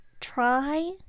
try